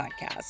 podcast